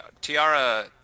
tiara